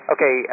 Okay